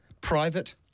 private